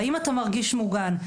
האם אתה מרגיש מוגן?